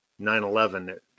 9-11